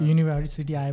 University